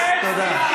השר אקוניס, תודה.